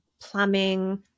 plumbing